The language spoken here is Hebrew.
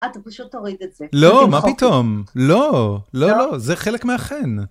אתה פשוט תוריד את זה. לא, מה פתאום? לא, לא, זה חלק מהחן.